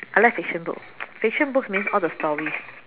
I like fiction books fiction books means all the stories